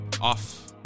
off